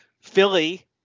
Philly